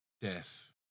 Death